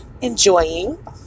enjoying